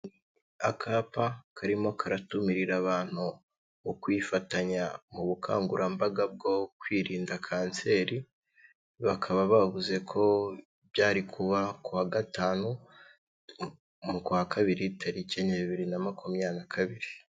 Akapa karimo karatumirira abantu ukwifatanya mu bukangurambaga bwo kwirinda kanseri bakaba bavuze ko byari kuba ku wa gatanu mu kwa kabiri tariki enye ya bibiri na makumyabiri naka kabiri.